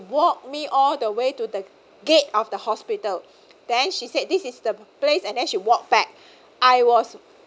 walked me all the way to the gate of the hospital then she said this is the place and then she walked back I was